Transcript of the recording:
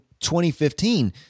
2015